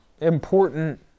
important